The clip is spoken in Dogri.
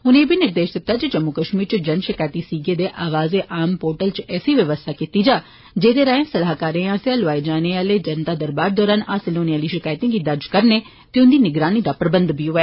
उनें एह निर्देश बी दित्ता जे जम्मू कश्मीर जन शकैती सीगे दे आवाज ए आम पोर्टल च ऐसी बवस्था कीती जा जेह्दे राए सलाहकारें आसेआ लोआए जाने आह्ले जनता दरबारें दौरान हासल होने आह्ली शकैतें गी दर्ज करने ते उंदी निगरानी दा प्रबंध बी होऐ